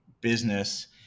business